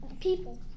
people